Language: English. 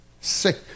sick